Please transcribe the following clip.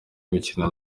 gukina